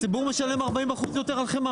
הציבור משלם 40% יותר על חמאה,